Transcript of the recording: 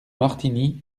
martigny